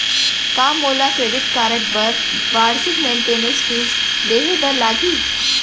का मोला credit card बर वार्षिक मेंटेनेंस फीस देहे बर लागही?